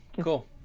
Cool